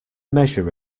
measure